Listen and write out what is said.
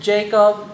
Jacob